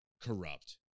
corrupt